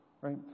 Right